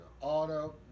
auto